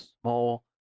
small